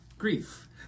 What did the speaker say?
Grief